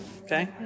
Okay